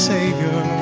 Savior